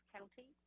County